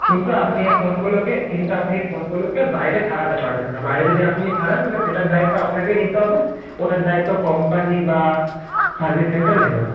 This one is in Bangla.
কিন্তু আপনি এই ফোনগুলোকে কিন্তু আপনি এই ফোনগুলোকে বাইরে সারাতে পারবেন না বাইরে যদি আপনি সারান তাহলে সেটার দায়িত্ব আপনাকেই নিতে হবে ওটার দায়িত্ব কোম্পানি বা সার্ভিস সেন্টার নেবে না